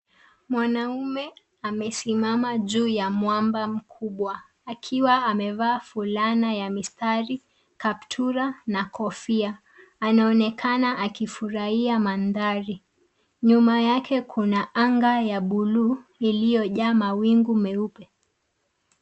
Mwanaume amesimama juu ya mwamba mkubwa akiwa amevaa fulana ya mistari, kaptura na kofia. Anaonekana akifurahia mandhari .Nyuma yake kuna anga ya buluu iliyojaa mawingu meupe.